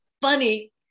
funny